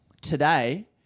Today